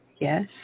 yes